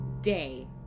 day